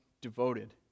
devoted